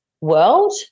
world